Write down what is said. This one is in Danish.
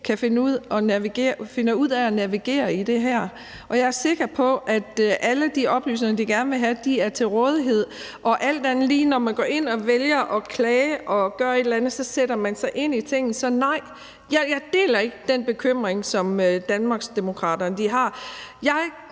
kan finde ud af at navigere i det her, og jeg er sikker på, at alle de oplysninger, de gerne vil have, er til rådighed. Og alt andet lige er det sådan, at når man går ind og vælger at klage, sætter man sig ind i tingene. Så nej, jeg deler ikke den bekymring, som Danmarksdemokraterne har.